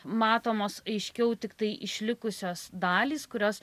matomos aiškiau tiktai išlikusios dalys kurios